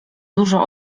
dużo